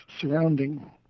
surrounding